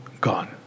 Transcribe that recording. gone